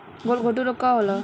गलघोटू रोग का होला?